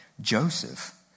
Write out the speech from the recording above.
Joseph